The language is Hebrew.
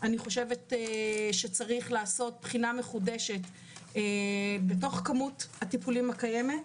אני חושבת שצריך לעשות בחינה מחודשת בתוך כמות הטיפולים הקיימת,